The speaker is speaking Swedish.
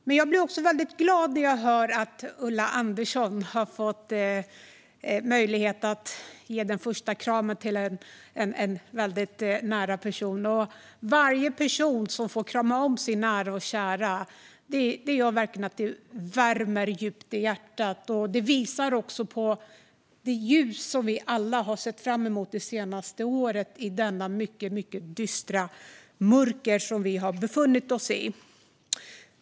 Jag blir väldigt glad när jag hör att Ulla Andersson har fått möjlighet att ge en person som står henne väldigt nära den första kramen på länge. Varje person jag får höra om som får krama om sina nära och kära värmer verkligen djupt i hjärtat. Det visar på det ljus som vi alla har sett fram emot det senaste året i det mycket dystra mörker som vi har befunnit oss i.